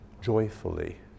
joyfully